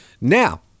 Now